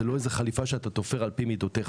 ההלכה היהודית היא לא איזו חליפה שאתה תופר על-פי מידותיך.